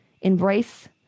Embrace